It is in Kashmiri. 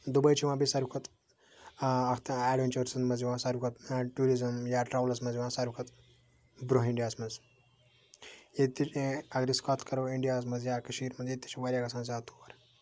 دُبے چھُ یِوان بیٚیہِ ساروی کھۄتہ اَتھ ایٚڈونچٲرسَن مَنٛز یِوان ساروی کھۄتہ ٹوٗرِزِم یا ٹرولَس مَنٛز یِوان ساروی کھۄتہ برونٛہہ اِنڈیاہَس مَنٛز ییٚتہِ اگر أسۍ کتھ کَرو اِنڈیاہَس مَنٛز یا کٔشیٖرِ منٛز ییٚتہِ تہِ چھِ واریاہ گَژھان زیادٕ تور